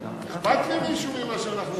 אכפת למישהו מה שאנחנו עושים.